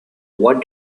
what